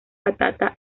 patata